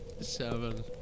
seven